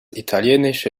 italienische